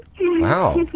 Wow